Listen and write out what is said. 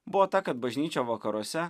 buvo ta kad bažnyčia vakaruose